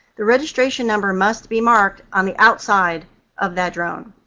the registration number must be marked on the outside of that drone.